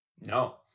No